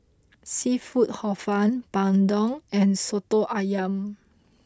Seafood Hor Fun Bandung and Soto Ayam